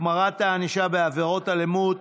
(החמרת הענישה בעבירות אלימות